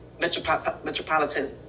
metropolitan